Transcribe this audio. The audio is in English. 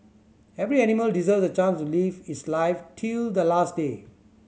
every animal deserves a chance to live its life till the last day